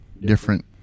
different